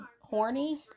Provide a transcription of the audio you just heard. horny